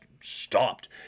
stopped